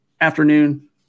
afternoon